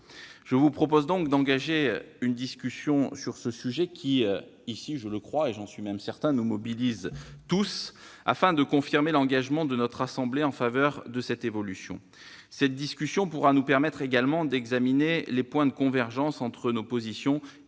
Je vous propose donc d'engager une discussion sur ce sujet qui, ici- je le crois, et j'en suis même certain -, nous mobilise tous, afin de confirmer l'engagement de notre assemblée en faveur de cette évolution. Cette discussion pourra nous permettre également d'examiner les points de convergence entre nos positions et celles du Gouvernement.